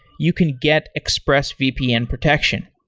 you can get expressvpn protection.